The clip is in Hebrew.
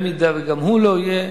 אם גם הוא לא יהיה,